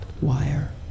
wire